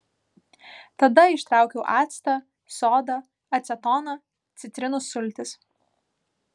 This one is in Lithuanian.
tada ištraukiau actą sodą acetoną citrinų sultis